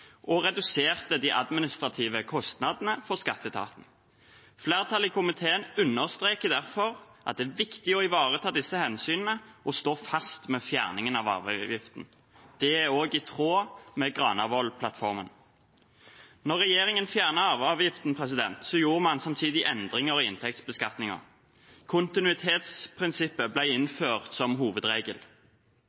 og den reduserte de administrative kostnadene for skatteetaten. Flertallet i komiteen understreker derfor at det er viktig å ivareta disse hensynene og stå fast ved fjerningen av arveavgiften. Det er også i tråd med Granavolden-plattformen. Da regjeringen fjernet arveavgiften, gjorde man samtidig endringer i inntektsbeskatningen. Kontinuitetsprinsippet ble innført som hovedregel.